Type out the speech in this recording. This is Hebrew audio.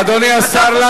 אדוני השר לנדאו.